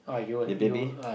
the baby